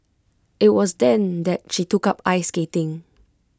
IT was then that she took up ice skating